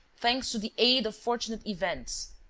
thanks to the aid of fortunate events,